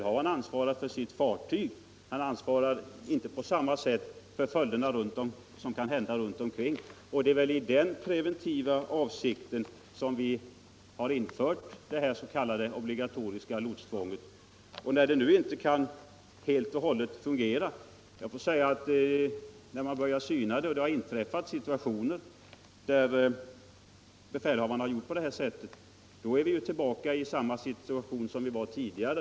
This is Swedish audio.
Han ansvarar för sitt fartyg men inte på samma sätt för följderna i vatten och å stränder runtomkring. Det är ju i den preventiva avsikten som vi har infört det s.k. obligatoriska lotstvånget. När detta lotstvång nu inte kan fungera helt och hållet utan det har inträffat situationer, där befälhavaren har gjort på omtalat sätt, är vi tillbaka i samma situation som tidigare.